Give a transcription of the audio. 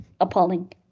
appalling